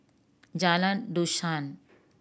Jalan Dusun